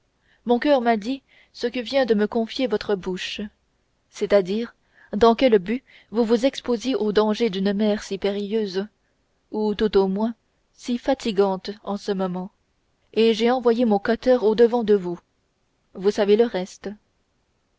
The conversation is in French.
mon coeur m'a dit ce que vient de me confier votre bouche c'est-à-dire dans quel but vous vous exposiez aux dangers d'une mer si périlleuse ou tout au moins si fatigante en ce moment et j'ai envoyé mon cutter audevant de vous vous savez le reste